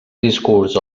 discurs